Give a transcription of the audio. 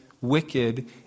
wicked